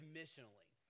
missionally